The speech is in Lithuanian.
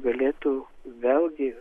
galėtų vėlgi